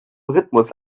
rhythmus